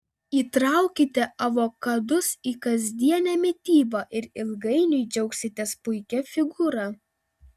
įtraukite avokadus į kasdienę mitybą ir ilgainiui džiaugsitės puikia figūra